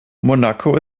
monaco